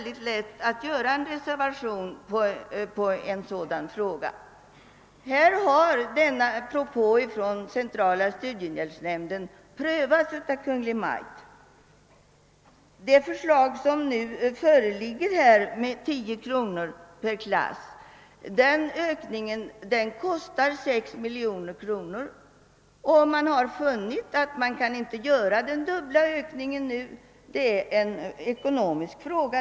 Denna propå från centrala studiehjälpsnämnden har prövats av Kungl. Maj:t. Det förslag som nu föreligger, en höjning med 10 kr. per avståndsklass, innebär en kostnadsökning på 6 miljoner kronor. Man har funnit att man inte kan göra den dubbla ökningen nu. Detta är en ekonomisk fråga.